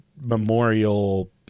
memorial